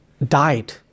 died